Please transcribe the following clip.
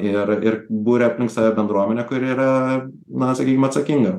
ir ir buria aplink save bendruomenę kuri yra na sakykim atsakinga